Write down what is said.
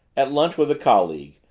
at lunch with a colleague,